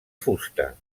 fusta